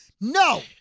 No